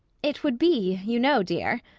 it would be, you know, dear,